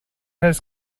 his